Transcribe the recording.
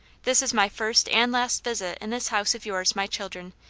this is my first and last visit in this house of yours, my children,